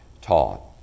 taught